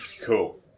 Cool